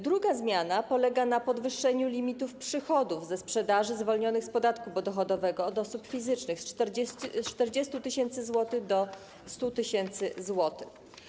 Druga zmiana polega na podwyższeniu limitu przychodów ze sprzedaży zwolnionych z podatku dochodowego od osób fizycznych z 40 tys. zł do 100 tys. zł.